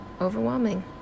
overwhelming